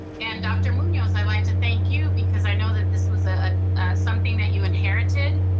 and dr. munoz, i'd like to thank you, because i know that this was ah ah something that you inherited,